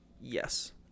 Yes